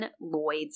Lloyd's